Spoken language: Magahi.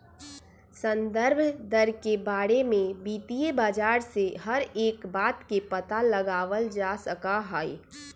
संदर्भ दर के बारे में वित्तीय बाजार से हर एक बात के पता लगावल जा सका हई